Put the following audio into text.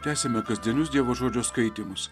tęsiame kasdienius dievo žodžio skaitymus